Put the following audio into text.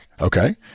Okay